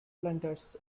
planters